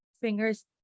fingers